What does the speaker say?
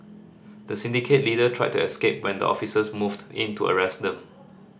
the syndicate leader tried to escape when the officers moved in to arrest them